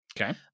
Okay